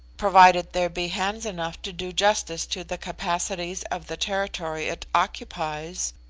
provided there be hands enough to do justice to the capacities of the territory it occupies,